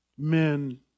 Men